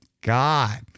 God